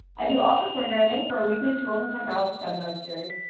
i do all the programming for weekly tools and technology seminar series,